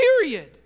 period